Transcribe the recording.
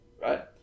right